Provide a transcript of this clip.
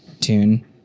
tune